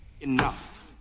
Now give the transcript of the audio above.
Enough